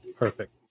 Perfect